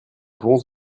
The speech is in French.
pourrons